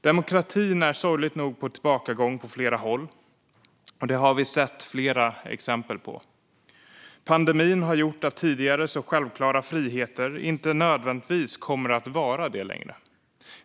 Demokratin är sorgligt nog på tillbakagång på flera håll, och det har vi sett flera exempel på. Pandemin har gjort att tidigare självklara friheter inte nödvändigtvis kommer att vara det längre.